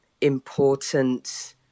important